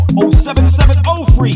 07703